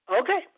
Okay